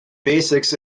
basics